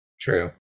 True